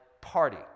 party